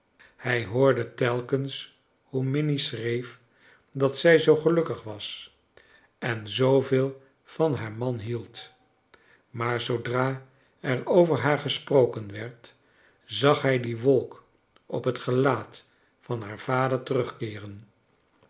hij hoorde telkens hoe minnie schreef dat zij zoo gelukkig was en zooveel van haar man hield maar zoodra er over haar gesproken werd zag hij die wolk op het gelaat van haar vader